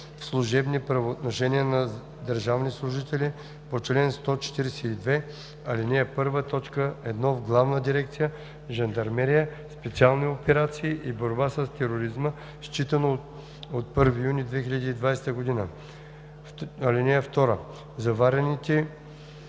в служебни правоотношения на държавни служители по чл. 142, ал. 1, т. 1 в Главна дирекция „Жандармерия, специални операции и борба с тероризма“, считано от 1 юни 2020 г. (2) Заварените